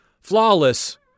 Flawless